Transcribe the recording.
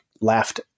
laughed